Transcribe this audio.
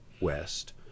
west